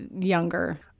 younger